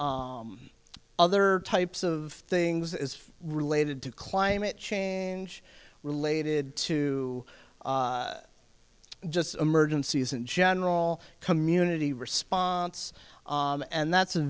and other types of things as related to climate change related to just emergencies and general community response and that's a